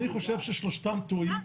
אני חושב ששלושתם טועים.